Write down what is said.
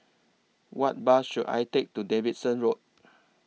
What Bus should I Take to Davidson Road